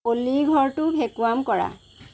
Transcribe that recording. অ'লি ঘৰটো ভেকুৱাম কৰা